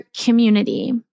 community